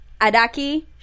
adaki